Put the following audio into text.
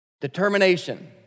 Determination